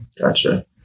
Gotcha